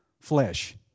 flesh